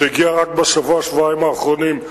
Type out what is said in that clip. זו שהגיעה בשבוע-שבועיים האחרונים,